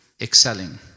excelling